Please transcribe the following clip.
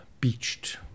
beached